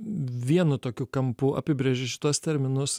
vienu tokiu kampu apibrėžė šituos terminus